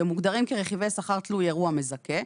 שמוגדרים כרכיבי שכר תלוי אירוע מזכה,